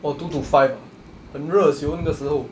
oh two to five ah 很热 [siol] 那个时候